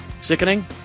Sickening